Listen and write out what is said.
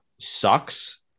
Sucks